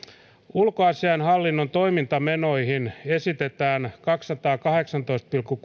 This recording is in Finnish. ulkoasiainhallinnon toimintamenoihin esitetään kahtasataakahdeksaatoista pilkku